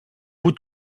bout